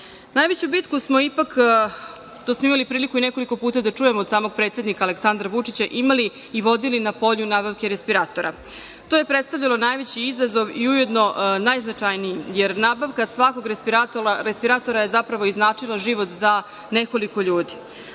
nazad. Najveću bitku smo ipak, to smo imali priliku i nekoliko puta da čujemo od samog predsednika Aleksandra Vučića, imali i vodili na … nabavke respiratora. To je predstavljao najveći izazov i ujedno najznačajniji, jer nabavka svakog respiratora je zapravo i značila život za nekoliko ljudi,